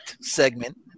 segment